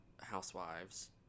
housewives